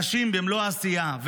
נשים במלוא העשייה.